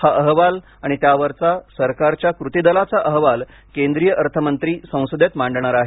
हा अहवाल आणि त्यावरचा सरकारच्या कृती दलाचा अहवालाल केंद्रीय अर्थमंत्री संसदेत मांडणार आहेत